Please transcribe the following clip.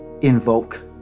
invoke